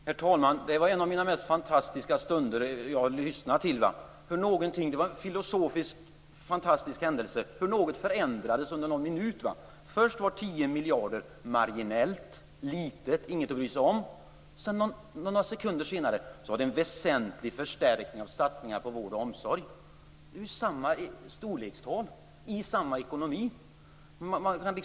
Herr talman! Detta var något av det mest fantastiska som jag har lyssnat på här. Det var en filosofisk, fantastisk händelse. Något förändrades under bara någon minut. Först var 10 miljarder marginellt, litet och ingenting att bry sig om. Några sekunder senare var det en väsentlig förstärkning av satsningar på vård och omsorg. Det är ju samma storlekstal i samma ekonomi!